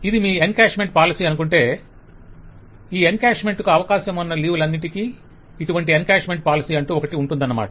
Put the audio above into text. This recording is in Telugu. ఇది మీ ఎన్కేష్మెంట్ పాలసీ అనుకుంటే ఎన్కేష్మేంట్ కు అవకాసం ఉన్న లీవ్ లన్నింటికి ఇటువంటి ఎన్కేష్మేంట్ పాలసీ అంటూ ఒకటి ఉంటున్నదన్నమాట